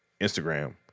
Instagram